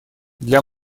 для